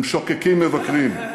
הם שוקקים מבקרים.